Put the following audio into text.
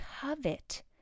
covet